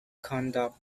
conduct